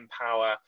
power